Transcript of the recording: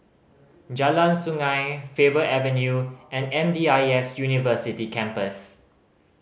Jalan Sungei Faber Avenue and M D I S University Campus